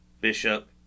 Bishop